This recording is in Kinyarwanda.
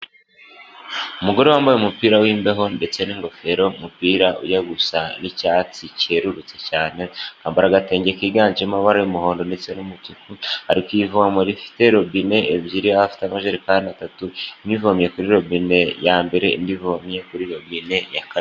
Umugore wambaye umupira w'imbeho ndetse n'ingofero, umupira ujya gusa n'icyatsi cyerurutse cyane, akambara agatenge kiganjemo amabara y'umuhondo ndetse n'umutuku, ari ku ivomo rifite robine ebyiri, aho afite amajerekani atatu imwe ivomye kuri robine ya mbere, indi ivomye kuri robine ya kabiri.